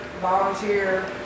volunteer